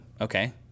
okay